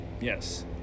Yes